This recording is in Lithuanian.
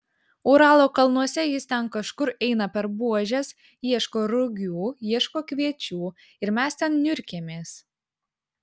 uralo kalnuose jis ten kažkur eina per buožes ieško rugių ieško kviečių ir mes ten niurkėmės